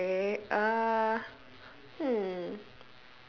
okay uh hmm